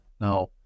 Now